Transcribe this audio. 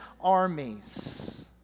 armies